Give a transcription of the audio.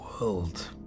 world